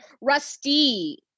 Rusty